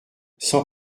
s’en